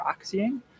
proxying